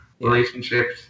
relationships